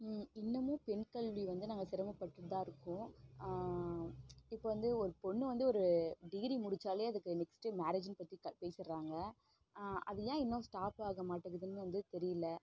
இன்னுமும் பெண் கல்வி வந்து நாங்கள் சிரமப்பட்டுகிட்டுதான் இருக்கோம் இப்போ வந்து ஒரு பொண்ணு வந்து ஒரு டிகிரி முடித்தாலே அதுக்கு நெக்ஸ்ட்டு மேரேஜின்னு பற்றி பேசிடுறாங்க அது ஏன் இன்னும் வந்து ஸ்டாப் ஆகமாட்டேக்கிதுன்னு வந்து தெரியல